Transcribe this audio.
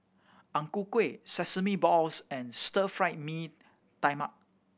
Ang Ku Kueh sesame balls and Stir Fry Mee Tai Mak